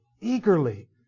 eagerly